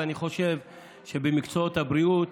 אני חושב שבמקצועות הבריאות,